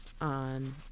on